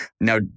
Now